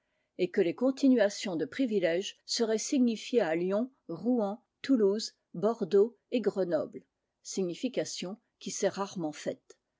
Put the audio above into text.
et que les continuations de privilèges seraient signifiées à lyon rouen toulouse bordeaux et grenoble signification qui s'est rarement faite